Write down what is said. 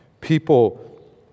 People